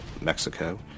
mexico